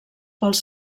pels